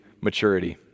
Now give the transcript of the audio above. maturity